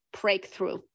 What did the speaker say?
breakthrough